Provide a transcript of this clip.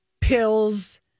pills